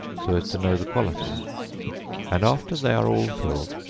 so as to know the quality and after they are all filled,